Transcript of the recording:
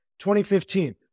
2015